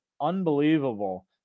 unbelievable